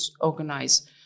organize